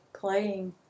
playing